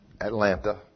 Atlanta